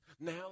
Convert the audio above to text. Now